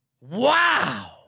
Wow